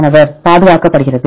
மாணவர் பாதுகாக்கப்படுகிறது